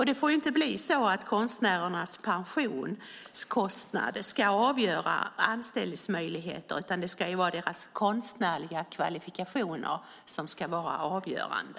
Det får inte bli så att konstnärernas pensionskostnader ska avgöra anställningsmöjligheten, utan det är deras konstnärliga kvalifikationer som ska vara avgörande.